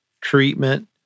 treatment